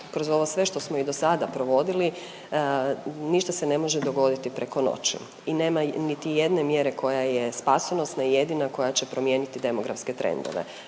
kroz ovo sve što smo i dosada provodili ništa se ne može dogoditi preko noći i nema niti jedne mjere koja je spasonosna i jedina koja će promijeniti demografske trendove,